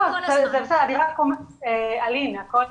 לא, זה בסדר, אני רק אומרת, אלין, הכול